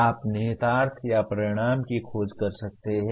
आप निहितार्थ या परिणाम की खोज कर सकते हैं